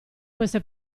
queste